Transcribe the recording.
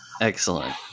Excellent